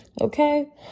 Okay